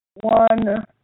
One